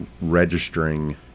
registering